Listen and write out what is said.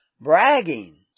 bragging